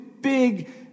big